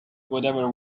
whatever